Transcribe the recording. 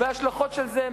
וההשלכות של זה,